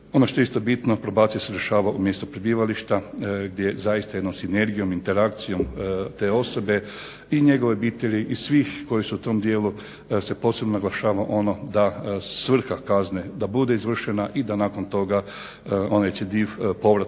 što je isto bitno probacija se izvršava u mjestu prebivališta gdje zaista jednom sinergijom, interakcijom te osobe i njegove obitelji i svih koji su u tom dijelu se posebno naglašava da svrha kazne da bude izvršena i da nakon toga onaj recidiv povratak